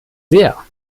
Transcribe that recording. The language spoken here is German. sehr